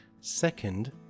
Second